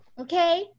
Okay